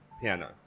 piano